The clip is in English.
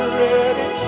ready